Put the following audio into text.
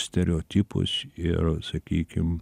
stereotipus ir sakykim